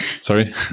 sorry